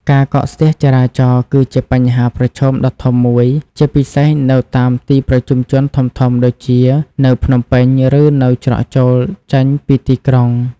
ការកកស្ទះចរាចរណ៍ គឺជាបញ្ហាប្រឈមដ៏ធំមួយ ជាពិសេសនៅតាមទីប្រជុំជនធំៗដូចជានៅ ភ្នំពេញ ឬនៅច្រកចូល ចេញពីទីក្រុង។